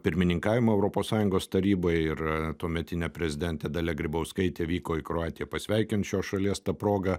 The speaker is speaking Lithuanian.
pirmininkavimą europos sąjungos tarybai ir tuometinė prezidentė dalia grybauskaitė vyko į kroatiją pasveikint šios šalies ta proga